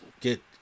get